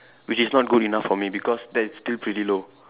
which is not good enough for me because that is still pretty low